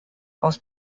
aus